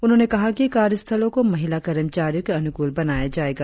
उन्होंने कहा कि कार्य स्थलो को महिला कर्मचारियो के अनुकूल बनाया जाएगा